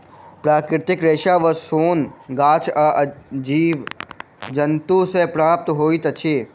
प्राकृतिक रेशा वा सोन गाछ आ जीव जन्तु सॅ प्राप्त होइत अछि